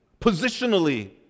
positionally